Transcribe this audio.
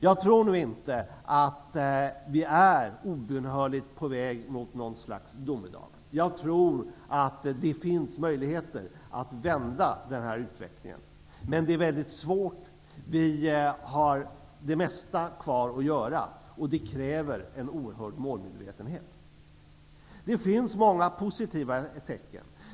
Jag tror nu inte att vi är obönhörligt på väg mot någon slags domedag. jag tror att det finns möjligheter att vända denna utveckling, men det är mycket svårt. Vi har det mesta kvar att göra, och det kräver en oerhörd målmedvetenhet. Det finns många positiva tecken.